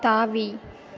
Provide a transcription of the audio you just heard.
தாவி